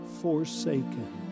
forsaken